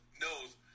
knows